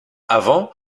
avant